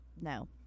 No